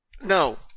No